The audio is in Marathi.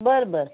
बर बर